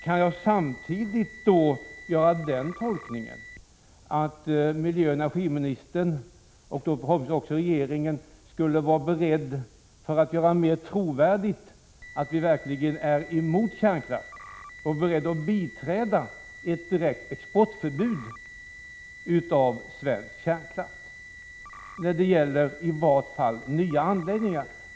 Kan jag samtidigt göra tolkningen att miljöoch energiministern, liksom regeringen, skulle vara beredd att öka vår trovärdighet i fråga om att vi verkligen är emot kärnkraft, genom att biträda förslaget om ett direkt exportförbud för svensk kärnkraft, i varje fall när det gäller nya anläggning ar?